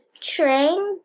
train